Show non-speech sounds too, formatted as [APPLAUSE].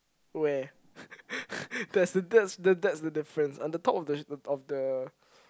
where [LAUGHS] that's the that's the that's the difference on the top of the of the